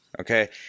Okay